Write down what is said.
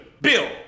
Bill